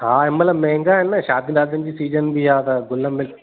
हा हिनमहिल महांगा आहिनि शादीयुनि वादीयुनि जी सीज़न बि आहे त गुल मिल